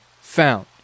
found